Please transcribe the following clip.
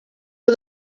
for